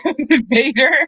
Vader